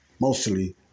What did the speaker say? mostly